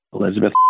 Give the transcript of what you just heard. Elizabeth